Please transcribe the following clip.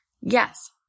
Yes